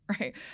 right